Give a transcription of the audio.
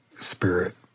spirit